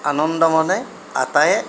আনন্দ মনে আটাইয়ে